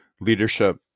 leadership